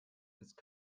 ist